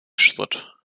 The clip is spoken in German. schritt